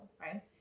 right